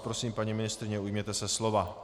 Prosím, paní ministryně, ujměte se slova.